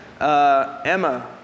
Emma